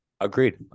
Agreed